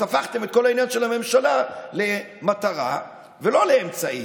אז הפכתם את כל העניין של הממשלה למטרה ולא לאמצעי.